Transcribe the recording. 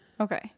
Okay